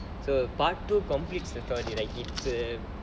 so part two competes the story it's a